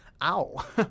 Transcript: Ow